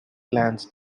clans